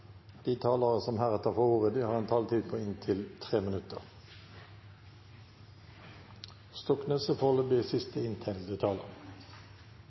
Dei talarane som heretter får ordet, har ei taletid på inntil 3 minutt.